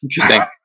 Interesting